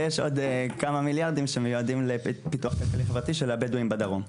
ויש עוד כמה מיליארדים שמיועדים לפיתוח כלכלי-חברתי של הבדואים בדרום.